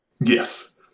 Yes